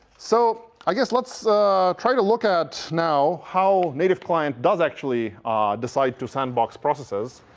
so i guess let's try to look at now, how native client does actually decide to sandbox processes.